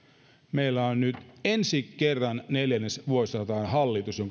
meillä on nyt ensi kerran neljännesvuosisataan hallitus